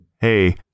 Hey